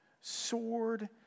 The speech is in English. sword